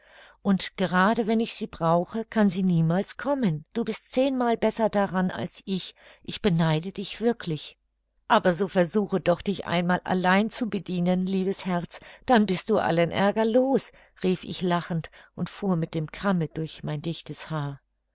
und gerade wenn ich sie brauche kann sie niemals kommen du bist zehnmal besser daran als ich ich beneide dich wirklich aber so versuche doch dich einmal allein zu bedienen liebes herz dann bist du allen aerger los rief ich lachend und fuhr mit dem kamme durch mein dichtes haar